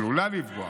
עלולה לפגוע